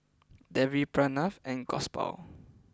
Devi Pranav and Gopal